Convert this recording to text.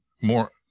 more